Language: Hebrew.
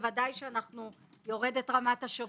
בוודאי שיורדת רמת השירות,